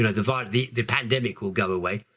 know, the virus, the the pandemic will go away.